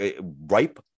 ripe